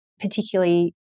particularly